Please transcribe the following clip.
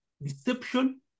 Deception